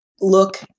look